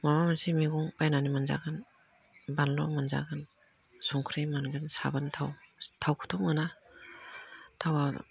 माबा मोनसे मैगं बायनानै मोनजागोन बानलु मोनजागोन संख्रि मोनगोन साबोन थाव थावखोथ' मोना थावा